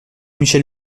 michel